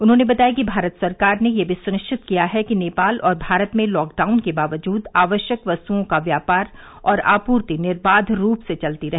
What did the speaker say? उन्होंने बताया कि भारत सरकार ने यह भी सुनिश्चित किया है कि नेपाल और भारत में लॉकडाउन के बावजूद आवश्यक वस्तुओं का व्यापार और आपूर्ति निर्बाध रूप से चलती रहे